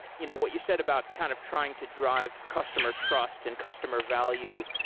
you know what you said about kind of trying to drive customer trust and customer value,